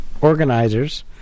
organizers